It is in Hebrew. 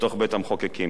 בתוך בית-המחוקקים,